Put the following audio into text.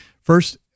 First